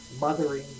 mothering